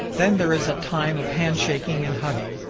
then there is a time of handshaking and hugging.